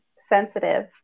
sensitive